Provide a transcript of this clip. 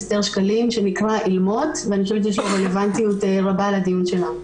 אסתר שקלים שיש לו רלוונטיות רבה לדיון שלנו: